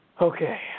Okay